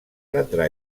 prendrà